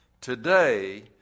today